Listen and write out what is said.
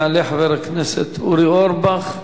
יעלה חבר הכנסת אורי אורבך.